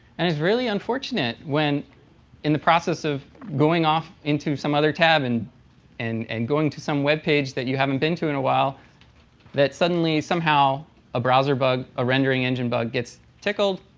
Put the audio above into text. and it's really unfortunate when in the process of going off into some other tab and i'm and and going to some webpage that you haven't been to in a while that suddenly somehow a browser bug, a rendering engine bug, gets tickled.